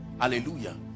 Hallelujah